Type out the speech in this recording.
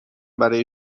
برای